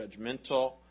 judgmental